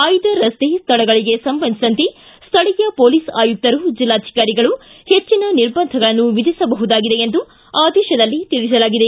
ಆಯ್ದ ರಸ್ತೆ ಸ್ವಳಗಳಗೆ ಸಂಬಂಧಿಸಿದಂತೆ ಸ್ಥಳೀಯ ಪೊಲೀಸ್ ಆಯುಕ್ತರು ಜಿಲ್ಲಾಧಿಕಾರಿಗಳು ಹೆಚ್ಚಿನ ನಿರ್ಬಂಧಗಳನ್ನು ವಿಧಿಸಬಹುದಾಗಿದೆ ಎಂದು ಆದೇಶದಲ್ಲಿ ತಿಳಿಸಲಾಗಿದೆ